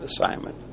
assignment